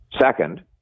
Second